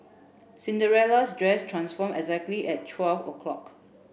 Cinderella's dress transform exactly at twelve o'clock